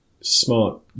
smart